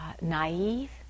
naive